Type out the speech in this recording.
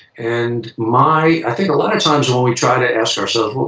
and my. i think a lot of times when we try to ask ourselves, well,